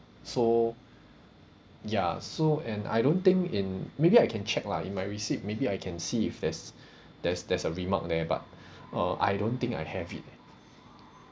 so ya so and I don't think in maybe I can check lah in my receipt maybe I can see if there's there's there's a remark there but uh I don't think I have it leh